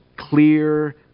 Clear